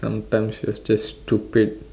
sometimes is just stupid